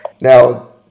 Now